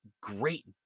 great